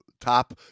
top